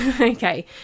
okay